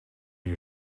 you